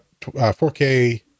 4K